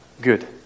Good